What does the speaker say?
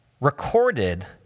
recorded